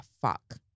fuck